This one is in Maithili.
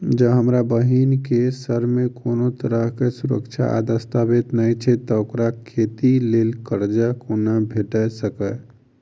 जँ हमरा बहीन केँ सङ्ग मेँ कोनो तरहक सुरक्षा आ दस्तावेज नै छै तऽ ओकरा खेती लेल करजा कोना भेटि सकैये?